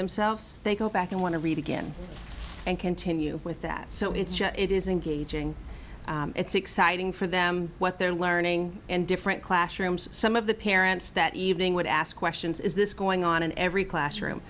themselves they go back and want to read again and continue with that so it's it is engaging it's exciting for them what they're learning and different classrooms some of the parents that evening would ask questions is this going on in every classroom